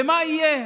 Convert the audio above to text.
ומה יהיה.